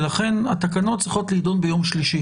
לכן התקנות צריכות להידון ביום שלישי